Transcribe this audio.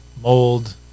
mold